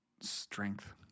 strength